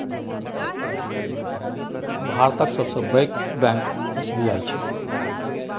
भातक सबसँ पैघ बैंक एस.बी.आई छै